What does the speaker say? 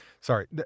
sorry